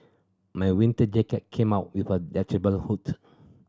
my winter jacket came out with a detachable hood